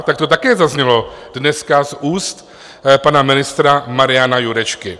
Tak to také zaznělo dneska z úst pana ministra Mariana Jurečky.